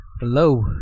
Hello